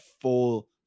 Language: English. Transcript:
full